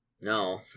No